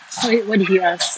why why did they ask